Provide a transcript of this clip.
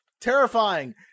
Terrifying